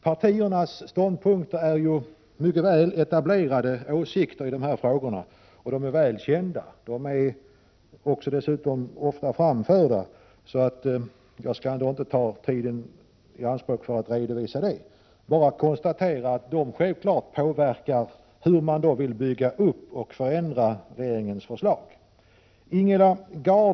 Partiernas ståndpunkter i dessa frågor är mycket väl etablerade — och dessutom ofta framförda. Jag skall därför inte ta tiden i anspråk för en redovisning därav. Jag vill bara konstatera att dessa ståndpunkter självfallet påverkar inställningen till en eventuell förändring av regeringens förslag.